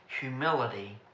Humility